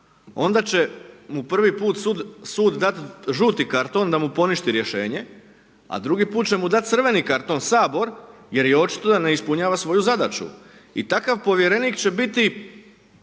onda će mu prvi put sud dati žuti karton, da mu poništi rješenje, a drugi put će mu dati crveni karton sabor, jer je očito da ne ispunjava svoju zadaću. I takav povjerenik će biti